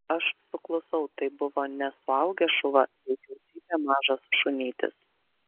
aš suklusau tai buvo ne suaugęs šuva veikiau cypė mažas šunytis